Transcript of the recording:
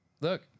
look